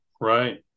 right